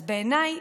אז בעיניי,